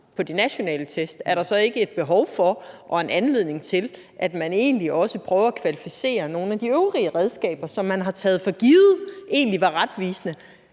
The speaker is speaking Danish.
de nationale test, er der så ikke et behov for og en anledning til, at man egentlig også prøver at kvalificere nogle af de øvrige redskaber, som man har taget for givet egentlig var retvisende,